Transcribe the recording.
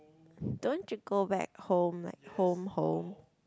don't you go back home like home home